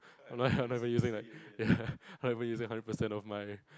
I'm not even using like ya I'm not even using hundred percent of my